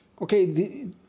okay